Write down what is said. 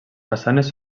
façanes